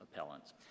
appellants